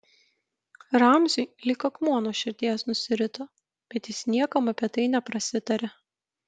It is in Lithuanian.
ramziui lyg akmuo nuo širdies nusirito bet jis niekam apie tai neprasitarė